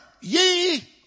ye